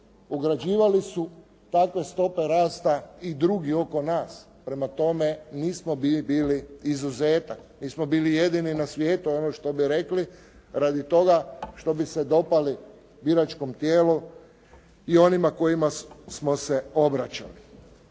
ugrađivali su takve stope rasta i drugi oko nas, prema tome, nismo bili izuzetak, nismo bili jedini na svijetu, ono što bi rekli radi toga što bi se dopali biračkom tijelu i onima kojima smo se obraćali.